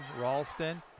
Ralston